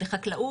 בחקלאות,